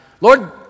Lord